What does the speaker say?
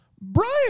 Brian